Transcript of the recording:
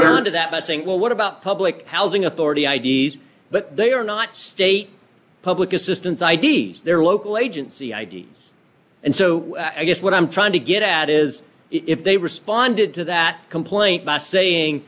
do that by saying well what about public housing authority i d s but they are not state public assistance i d s they're local agency id and so i guess what i'm trying to get at is if they responded to that complaint by saying